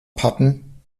patten